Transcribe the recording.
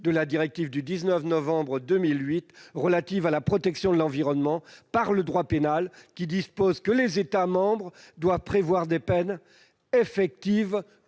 de la directive du 19 novembre 2008 relative à la protection de l'environnement, qui dispose que les États membres doivent prévoir des peines effectives,